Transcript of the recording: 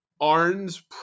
Arn's